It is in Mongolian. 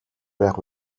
байх